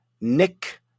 Nick